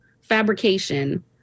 fabrication